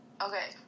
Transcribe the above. Okay